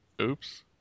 Oops